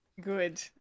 Good